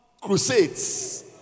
crusades